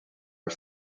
are